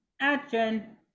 Action